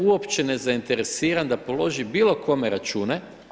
Uopće nezainteresiran da položi bilo kome račune.